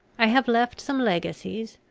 i have left some legacies.